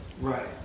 Right